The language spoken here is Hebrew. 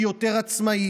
שהיא יותר עצמאית,